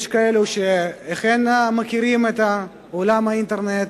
יש כאלה שאינם מכירים את עולם האינטרנט,